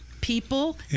people